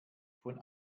von